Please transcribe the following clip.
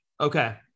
Okay